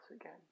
again